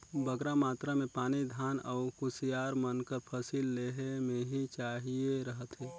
बगरा मातरा में पानी धान अउ कुसियार मन कर फसिल लेहे में ही चाहिए रहथे